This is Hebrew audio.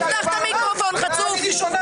תפתח את המיקרופון, חצוף חצוף.